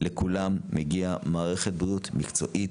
לכולם מגיעה מערכת בריאות מקצועית,